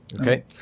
Okay